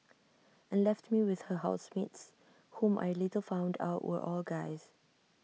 and left me with her housemates whom I later found out were all guys